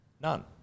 None